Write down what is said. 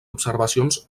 observacions